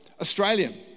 australian